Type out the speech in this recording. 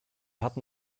hatten